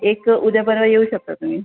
एक उद्या परवा येऊ शकता तुम्ही